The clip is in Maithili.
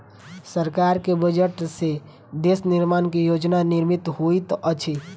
सरकार के बजट से देश निर्माण के योजना निर्मित होइत अछि